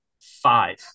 Five